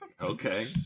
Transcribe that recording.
Okay